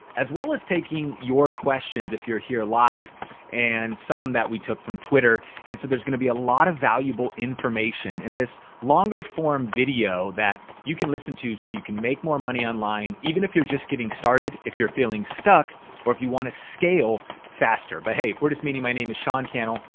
as well as taking your questions if you're here live and some that we took from twitter. and so there's gonna be a lot of valuable information in this longer form video that you can listen to so you can make more money online even if you're just getting started, if you're feeling stuck or if you wanna scale faster. but hey, if we're just meeting, my name is sean cannell.